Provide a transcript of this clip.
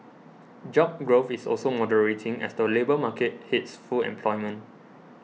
job growth is also moderating as the labour market hits full employment